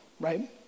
right